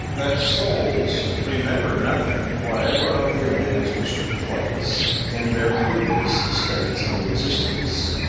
that souls remember nothing what ever of the events which took place in their previous states of existence.